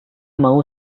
mau